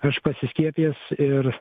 aš pasiskiepijęs ir